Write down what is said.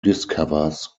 discovers